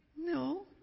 No